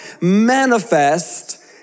manifest